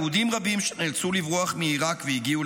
יהודים רבים שנאלצו לברוח מעיראק והגיעו